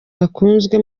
bakunzwe